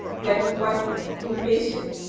getting quite impatient,